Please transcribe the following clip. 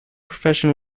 profession